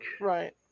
right